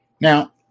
Now